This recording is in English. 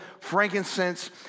frankincense